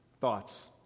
thoughts